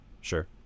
Sure